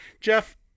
jeff